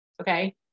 okay